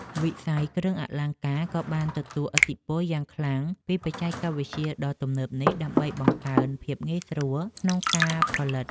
វិស័យគ្រឿងអលង្ការក៏បានទទួលឥទ្ធិពលយ៉ាងខ្លាំងពីបច្ចេកវិទ្យាដ៏ទំនើបនេះដើម្បីបង្កើនភាពងាយស្រួលក្នុងការផលិត។